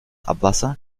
abwasser